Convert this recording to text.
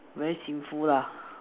very sinful lah